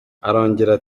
arongera